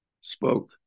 spoke